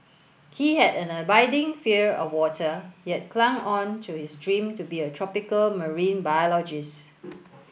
he had an abiding fear of water yet clung on to his dream to be a tropical marine biologist